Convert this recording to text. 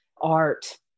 art